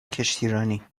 کشتیرانی